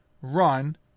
run